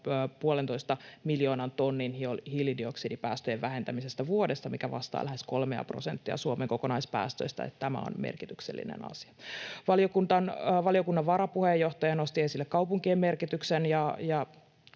puhutaan 1,5 miljoonan tonnin hiilidioksidipäästöjen vähentämisestä vuodessa, mikä vastaa lähes 3:a prosenttia Suomen kokonaispäästöistä, eli tämä on merkityksellinen asia. Valiokunnan varapuheenjohtaja nosti esille kaupunkien merkityksen,